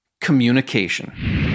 communication